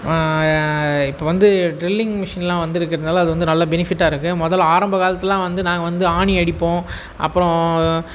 இப்போ வந்து ட்ரில்லிங் மிஷினெலாம் வந்திருக்கறதுனால அது வந்து நல்ல பெனிஃபிட்டாக இருக்குது முதல் ஆரம்ப காலத்துலெலாம் வந்து நாங்கள் வந்து ஆணி அடிப்போம் அப்புறோம்